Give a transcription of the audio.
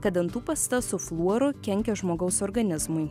kad dantų pasta su fluoru kenkia žmogaus organizmui